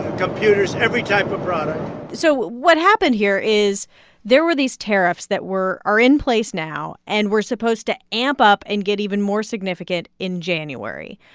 computers, every type of product so what happened here is there were these tariffs that were are in place now and were supposed to amp up and get even more significant in january.